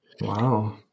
Wow